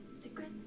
Secret